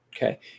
Okay